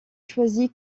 choisi